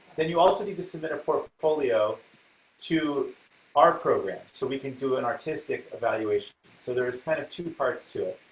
then you also need to submit a portfolio to our program so we can do an artistic evaluation. so there's kind of two parts to it